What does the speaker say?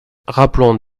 rappelons